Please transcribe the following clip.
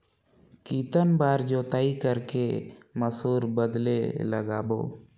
कितन बार जोताई कर के मसूर बदले लगाबो?